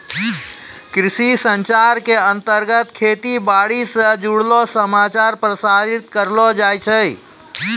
कृषि संचार के अंतर्गत खेती बाड़ी स जुड़लो समाचार प्रसारित करलो जाय छै